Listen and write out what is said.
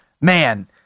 Man